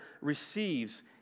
receives